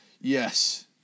Yes